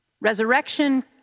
Resurrection